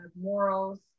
morals